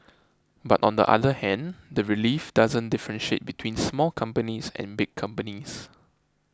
but on the other hand the relief doesn't differentiate between small companies and big companies